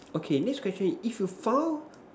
okay next question if you found